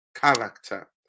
character